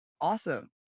Awesome